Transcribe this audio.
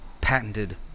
patented